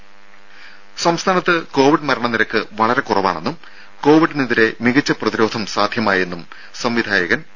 രും സംസ്ഥാനത്ത് കോവിഡ് മരണനിരക്ക് വളരെ കുറവാണെന്നും കോവിഡിനെതിരെ മികച്ച പ്രതിരോധം സാധ്യമായെന്നും സംവിധായകൻ പി